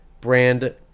brand